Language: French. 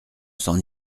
s’en